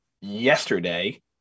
yesterday